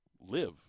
live